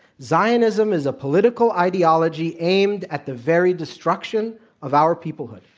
zionism is a political ideology aimed at the very destruction of our peoplehood.